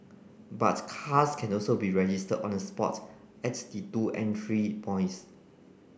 but cars can also be registered on the spot at the two entry points